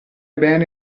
bene